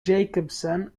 jacobson